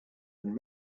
and